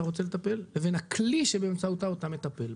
רוצה לטפל לבין הכלי שבאמצעותו אתה מטפל.